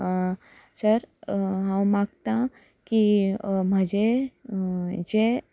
sir हांव मागतां की म्हजें जें